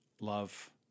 love